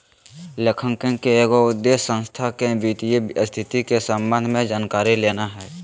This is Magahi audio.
लेखांकन के एगो उद्देश्य संस्था के वित्तीय स्थिति के संबंध में जानकारी लेना हइ